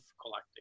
collecting